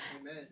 amen